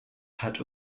hat